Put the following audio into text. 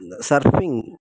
இந்த சர்ஃபிங்